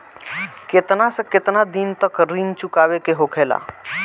केतना से केतना दिन तक ऋण चुकावे के होखेला?